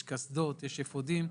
יש קסדות ויש אפודים,